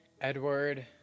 Edward